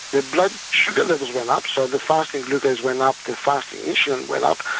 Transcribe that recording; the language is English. their blood sugar levels went up, so their fasting glucose went up, their fasting insulin went up.